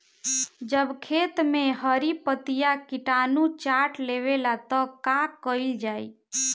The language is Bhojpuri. जब खेत मे हरी पतीया किटानु चाट लेवेला तऽ का कईल जाई?